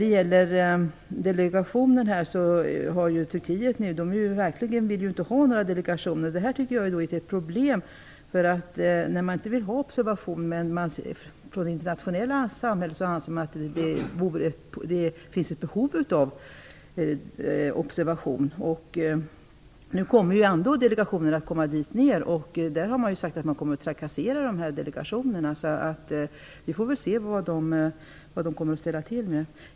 I Turkiet vill man alltså inte ha några delegationer under valet. Jag menar att det är ett problem att man inte vill ha några observatörer i Turkiet under valet, när man inom det internationella samfundet anser att det finns ett behov av sådana observatörer. Nu kommer ändå delegationer att åka till Turkiet. Man har emellertid i Turkiet sagt att man kommer att trakassera delegationerna, så vi får väl se vad man kommer att ställa till med.